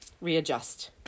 readjust